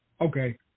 Okay